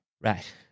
Right